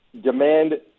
demand